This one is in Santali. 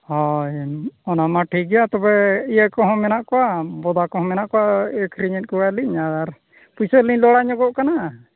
ᱦᱚᱭ ᱚᱱᱟ ᱢᱟ ᱴᱷᱤᱠᱜᱮᱭᱟ ᱛᱚᱵᱮ ᱤᱭᱟᱹᱠᱚᱦᱚᱸ ᱢᱮᱱᱟᱜ ᱠᱚᱣᱟ ᱵᱚᱫᱟ ᱠᱚᱦᱚᱸ ᱢᱮᱱᱟᱜ ᱠᱚᱣᱟ ᱟᱹᱠᱷᱨᱤᱧᱮᱫ ᱠᱚᱣᱟᱞᱤᱧ ᱟᱨ ᱯᱩᱭᱥᱟᱹᱞᱤᱧ ᱞᱟᱲᱟᱧᱚᱜᱚᱜ ᱠᱟᱱᱟ